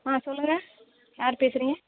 ஆ சொல்லுங்கள் யார் பேசுகிறீங்க